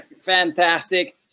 fantastic